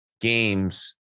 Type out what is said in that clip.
games